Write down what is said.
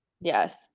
yes